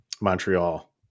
Montreal